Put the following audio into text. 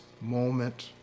moment